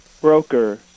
broker